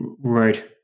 Right